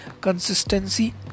consistency